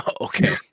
Okay